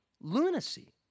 lunacy